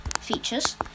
features